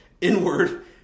inward